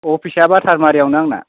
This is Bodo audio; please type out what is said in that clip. अफिसा बातारमारियावनो आंना